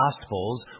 Gospels